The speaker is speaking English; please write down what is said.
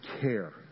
care